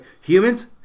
humans